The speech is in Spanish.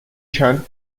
chan